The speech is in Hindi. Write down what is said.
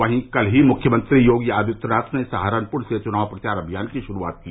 वहीं कल ही मुख्यमंत्री योगी आदित्यनाथ ने सहारनपुर से चुनाव प्रचार अभियान की शुरूआत की